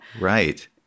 Right